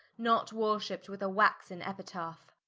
not worshipt with a waxen epitaph.